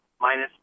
minus